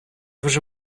вже